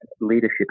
leadership